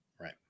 Right